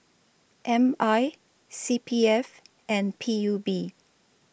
M I C P F and P U B